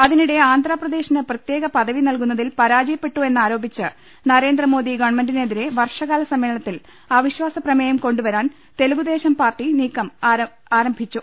അതിനിടെ ആന്ധ്രാപ്രദേശിന് പ്രത്യേക പദവി നൽകുന്നതിൽ പരാജയപ്പെട്ടു എന്നാരോപിച്ച് നരേന്ദ്രമോദി ഗവൺമെന്റിനെതിരെ വർഷകാലസമ്മേളനത്തിൽ അവിശ്വാസ പ്രമേയം കൊണ്ടുവരാൻ തെലുഗുദേശം പാർട്ടി നീക്കം ആരംഭിച്ചു